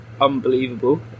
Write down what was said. unbelievable